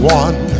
one